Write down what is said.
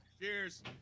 Cheers